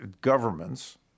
governments